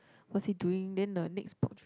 what's he doing then the next